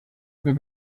über